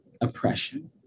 oppression